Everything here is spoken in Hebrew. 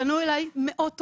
פנו אליי מאות הורים.